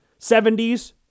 70s